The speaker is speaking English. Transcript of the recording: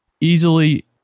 easily